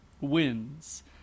wins